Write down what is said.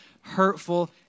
hurtful